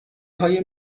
های